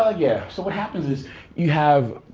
ah yeah, so what happens is you have,